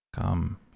come